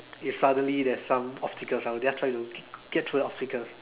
if suddenly there's some obstacles I would just try to get through the obstacles